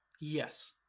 Yes